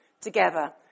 together